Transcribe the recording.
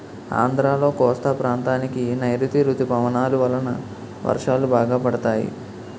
ఆంధ్రాలో కోస్తా ప్రాంతానికి నైరుతీ ఋతుపవనాలు వలన వర్షాలు బాగా పడతాయి